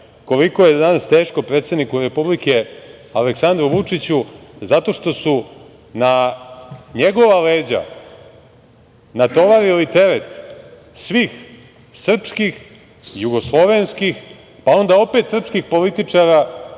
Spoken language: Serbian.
koliko je danas teško predsedniku Republike, Aleksandru Vučiću, zato što su na njegova leđa natovarili teret svih srpskih, jugoslovenskih, pa onda opet srpskih političara